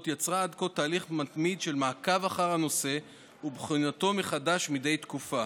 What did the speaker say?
יצרה עד כה תהליך מתמיד של מעקב אחר הנושא ובחינתו מחדש מדי תקופה.